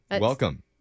Welcome